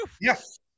Yes